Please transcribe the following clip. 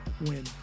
win